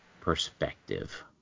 perspective